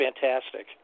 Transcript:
fantastic